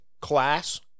class